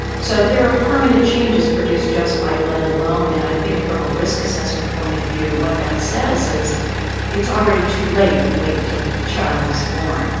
so there are permanent changes produced just by lead alone. and i think from a risk assessment point of view what that says is it's already too late if you wait until the child is born.